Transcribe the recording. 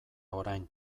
orain